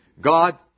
God